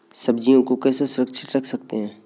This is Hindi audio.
सब्जियों को कैसे सुरक्षित रख सकते हैं?